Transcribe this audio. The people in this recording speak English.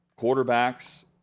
quarterbacks